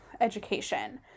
education